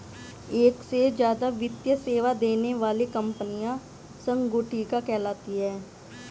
एक से ज्यादा वित्तीय सेवा देने वाली कंपनियां संगुटिका कहलाती हैं